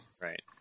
Right